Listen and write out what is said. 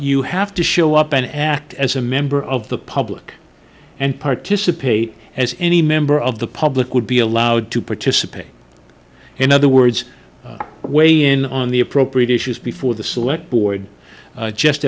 you have to show up and act as a member of the public and participate as any member of the public would be allowed to participate in other words weigh in on the appropriate issues before the select board just